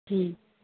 ਠੀਕ